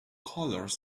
colors